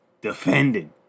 defending